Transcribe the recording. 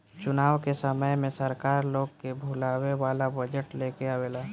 चुनाव के समय में सरकार लोग के लुभावे वाला बजट लेके आवेला